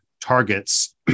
targets